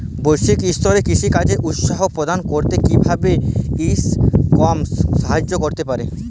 বৈষয়িক স্তরে কৃষিকাজকে উৎসাহ প্রদান করতে কিভাবে ই কমার্স সাহায্য করতে পারে?